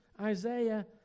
Isaiah